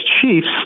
chiefs